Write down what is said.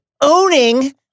owning